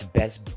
best